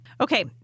Okay